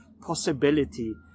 possibility